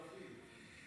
מצטרפים.